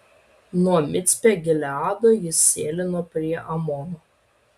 nuo micpe gileado jis sėlino prie amono